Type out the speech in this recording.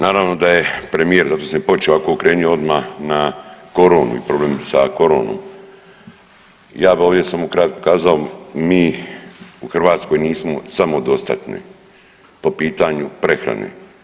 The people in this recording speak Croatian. Naravno da je premijer zato sam i počeo ovako okrenio odmah na koronu i problem sa koronom i ja bi ovdje samo kratko kazao mi u Hrvatskoj nismo samodostatni po pitanju prehrane.